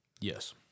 Yes